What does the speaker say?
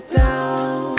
down